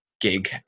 gig